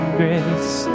grace